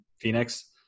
Phoenix